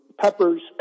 peppers